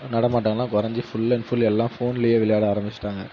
நடமாட்டங்கள் எல்லாம் குறைஞ்சி full and full எல்லாம் ஃபோன்லையே விளையாட ஆரம்பிச்சிவிட்டாங்க